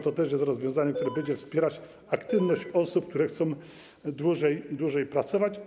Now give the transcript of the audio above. To też jest rozwiązanie, które będzie wspierać aktywność osób, które chcą dłużej pracować.